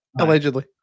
Allegedly